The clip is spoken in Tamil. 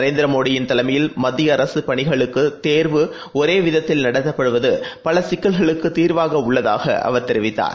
நரேந்திரமோடியிள் தலைமையில் மத்தியஅரசுப் பணிகளுக்கானதேர்வு ஒரேவிதத்தில் நடத்தப்படுவதுபலசிக்கல்களுக்குத் தீர்வாகஉள்ளதாகஅவர் தெரிவித்தார்